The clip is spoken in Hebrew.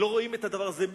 לא רואים את הדבר הזה.